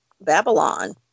Babylon